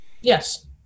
Yes